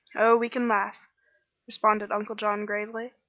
oh, we can laugh responded uncle john, gravely.